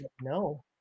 no